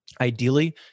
Ideally